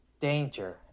danger